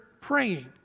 praying